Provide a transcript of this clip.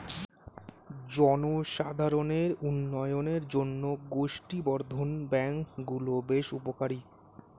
জনসাধারণের উন্নয়নের জন্য গোষ্ঠী বর্ধন ব্যাঙ্ক গুলো বেশ উপকারী